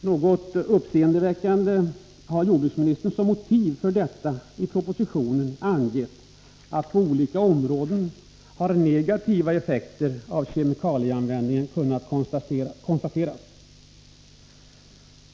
Något uppseendeväckande har jordbruksministern som motiv för detta i propositionen angett att negativa effekter av kemikalieanvändningen har kunnat konstateras på olika områden.